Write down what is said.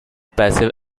passive